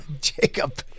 Jacob